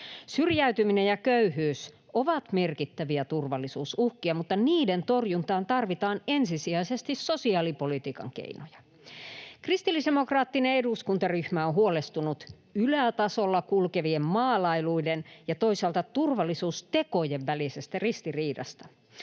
Syrjäytyminen ja köyhyys ovat merkittäviä turvallisuusuhkia, mutta niiden torjuntaan tarvitaan ensisijaisesti sosiaalipolitiikan keinoja. [Jani Mäkelä: Juuri näin!] Kristillisdemokraattinen eduskuntaryhmä on huolestunut ylätasolla kulkevien maalailuiden ja toisaalta turvallisuustekojen välisestä ristiriidasta.